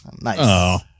Nice